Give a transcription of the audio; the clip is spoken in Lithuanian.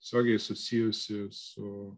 tiesiogiai susijusi su